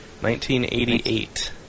1988